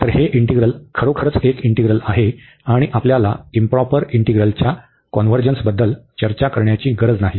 तर हे इंटीग्रल खरोखरच एक इंटीग्रल आहे आणि आपल्याला इंप्रॉपर इंटीग्रलच्या कॉन्व्हर्जन्सबद्दल चर्चा करण्याची गरज नाही